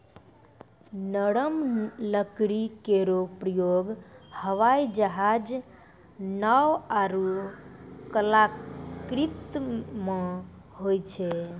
नरम लकड़ी केरो प्रयोग हवाई जहाज, नाव आरु कलाकृति म होय छै